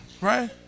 right